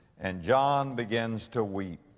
and john begins to weep,